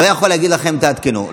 הוא לא יכול לומר לכם: תעדכנו.